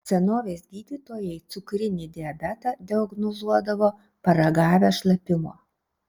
senovės gydytojai cukrinį diabetą diagnozuodavo paragavę šlapimo